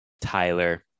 Tyler